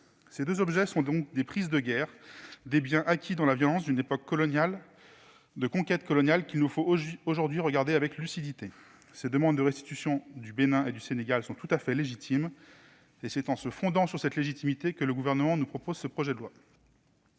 Ces deux objets sont donc des prises de guerre, des biens acquis dans la violence d'une époque de conquêtes coloniales qu'il nous faut aujourd'hui regarder avec lucidité. Les demandes de restitution du Bénin et du Sénégal sont donc tout à fait légitimes, et c'est en se fondant sur cette légitimité que le Gouvernement nous propose ce projet de loi.